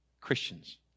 Christians